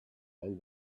and